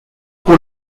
pour